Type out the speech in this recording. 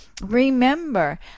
Remember